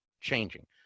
changing